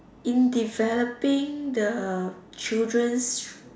in developing the children